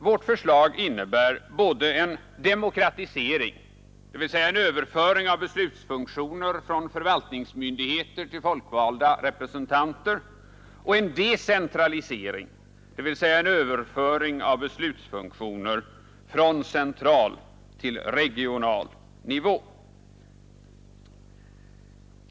Vårt förslag innebär både en demokratisering, dvs. en överföring av beslutsfunktioner från förvaltningsmyndigheter till folkvalda representanter, och en decentralisering, dvs. en överföring av beslutsfunktioner från central till regional nivå.